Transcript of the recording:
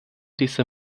dieser